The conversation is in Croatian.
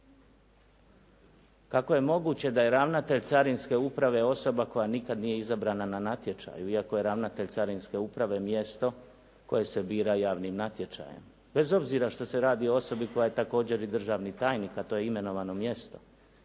Kako je moguće da je ravnatelj Carinske uprave osoba koja nikad nije izabrana na natječaju, iako je ravnatelj Carinske uprave mjesto koje se bira javnim natječajem? Bez obzira što se radi o osobi koja je također i državni tajnik, a to je imenovano mjesto.